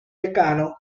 decano